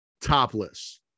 topless